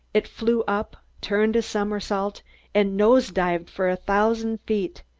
it flew up, turned a somersault and nose-dived for a thousand feet,